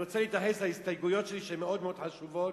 אני רוצה להתייחס להסתייגויות שלי שהן מאוד-מאוד חשובות,